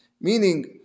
Meaning